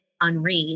unread